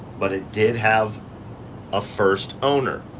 but it did have a first owner.